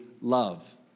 love